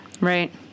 Right